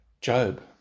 Job